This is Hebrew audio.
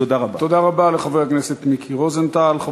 תודה רבה לחבר הכנסת מיקי רוזנטל.